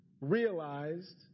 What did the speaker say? realized